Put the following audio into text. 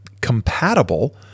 compatible